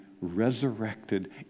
resurrected